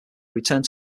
returned